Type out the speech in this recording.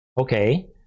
Okay